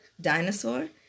dinosaur